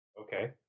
Okay